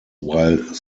while